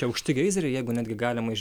čia aukšti geizeriai jeigu netgi galima iš